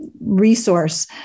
resource